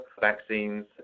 vaccines